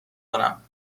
کنم